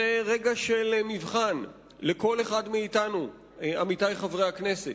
זה רגע של מבחן לכל אחד מאתנו, עמיתי חברי הכנסת.